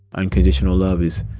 unconditional love is,